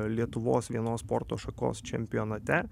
lietuvos vienos sporto šakos čempionate